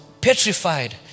petrified